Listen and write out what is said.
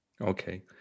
Okay